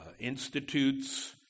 institutes